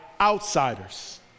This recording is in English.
outsiders